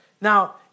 Now